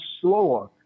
slower